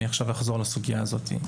אני עכשיו אחזור לסוגיה הזאת.